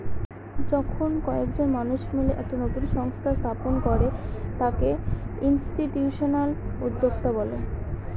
যখন কয়েকজন মানুষ মিলে একটা নতুন সংস্থা স্থাপন করে তাকে ইনস্টিটিউশনাল উদ্যোক্তা বলে